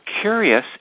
curious